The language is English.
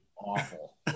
Awful